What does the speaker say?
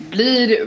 Blir